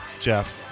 Jeff